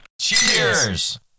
Cheers